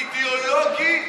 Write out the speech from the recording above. אידיאולוגי,